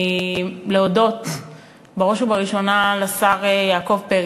להודות בראש ובראשונה לשר יעקב פרי